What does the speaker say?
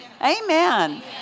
Amen